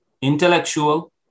intellectual